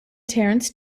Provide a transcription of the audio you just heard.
terence